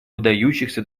выдающихся